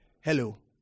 Hello